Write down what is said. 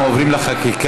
אנחנו עוברים לחקיקה.